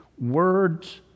Words